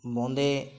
বোঁদে